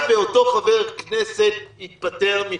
זה לא ישפיע על